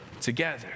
together